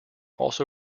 also